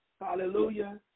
Hallelujah